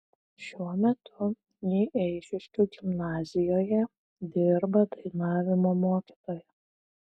šiuo metu ji eišiškių gimnazijoje dirba dainavimo mokytoja